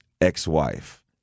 ex-wife